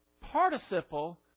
participle